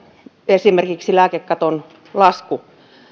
esimerkiksi lääkekaton lasku